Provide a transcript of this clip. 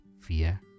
fear